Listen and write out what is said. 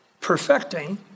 Perfecting